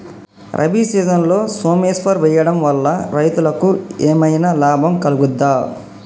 రబీ సీజన్లో సోమేశ్వర్ వేయడం వల్ల రైతులకు ఏమైనా లాభం కలుగుద్ద?